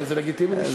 זה לגיטימי לשאול.